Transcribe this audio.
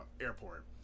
airport